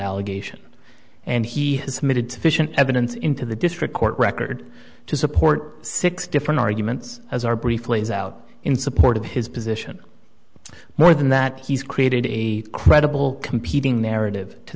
allegation and he has submitted to fish an evidence into the district court record to support six different arguments as our brief lays out in support of his position more than that he's created a credible competing narrative to